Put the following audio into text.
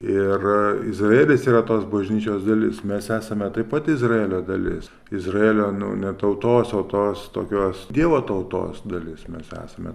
ir a izraelis yra tos bažnyčios dalis mes esame taip pat izraelio dalis izraelio nu ne tautos o tos tokios dievo tautos dalis mes esame